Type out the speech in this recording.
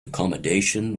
accommodation